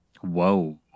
Whoa